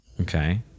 okay